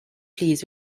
please